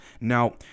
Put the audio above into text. Now